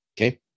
Okay